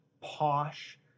posh